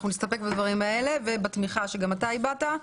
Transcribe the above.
אנחנו נסתפק בדברים האלה ובתמיכה שגם אתה הבעת.